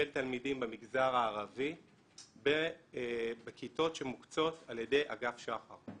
של תלמידים במגזר הערבי בכיתות שמוקצות על ידי אגף שח"ר.